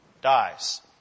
Dies